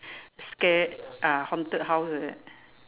scare ah haunted house like that